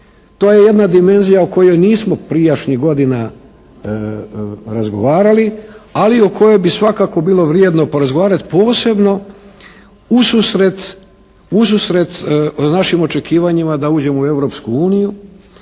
To je jedna dimenzija o kojoj nismo prijašnjih godina razgovarali, ali o kojoj bi svakako bi bilo vrijedno porazgovarati, posebno ususret našim očekivanjima da uđemo u